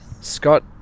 Scott